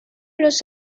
los